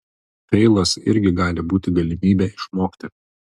feilas irgi gali būti galimybė išmokti